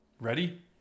ready